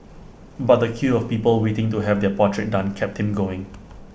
but the queue of people waiting to have their portrait done kept him going